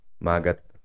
magat